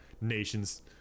nations –